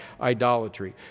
idolatry